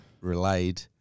relayed